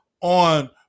on